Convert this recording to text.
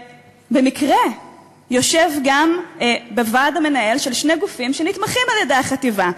ובמקרה יושב גם בוועד המנהל של שני גופים שנתמכים על-ידי החטיבה,